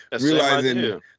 realizing